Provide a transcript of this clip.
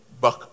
back